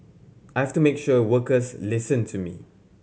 I've to make sure workers listen to me